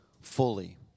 fully